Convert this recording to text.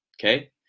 Okay